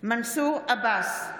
מנסור עבאס,